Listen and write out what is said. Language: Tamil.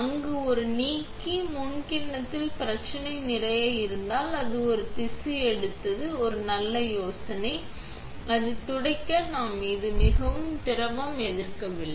அந்த ஒரு நீக்கி முன் கிண்ணத்தில் பிரச்சனை நிறைய இருந்தால் அது ஒரு திசு எடுத்து ஒரு நல்ல யோசனை இது போன்ற அதை துடைக்க தான் நாம் மிகவும் திரவ எதிர்க்கவில்லை